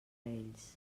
ells